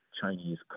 Chinese